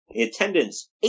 Attendance